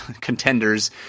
contenders